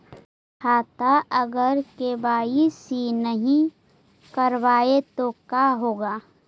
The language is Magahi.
खाता अगर के.वाई.सी नही करबाए तो का होगा?